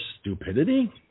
stupidity